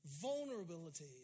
vulnerability